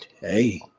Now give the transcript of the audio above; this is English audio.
hey